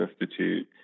Institute